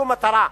זו מטרה.